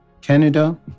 Canada